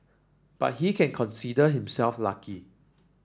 but he can consider himself lucky